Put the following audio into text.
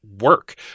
work